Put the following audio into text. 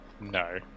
No